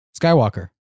Skywalker